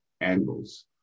angles